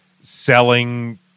selling